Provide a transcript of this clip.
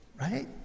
Right